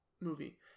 movie